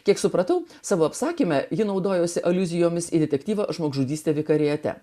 kiek supratau savo apsakyme ji naudojosi aliuzijomis į detektyvą žmogžudystė vikariate